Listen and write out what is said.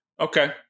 Okay